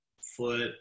foot